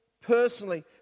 personally